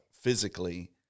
physically